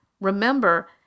Remember